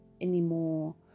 anymore